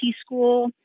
school